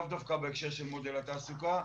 לאו דווקא בהקשר של מודל התעסוקה,